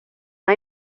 hay